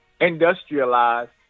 industrialized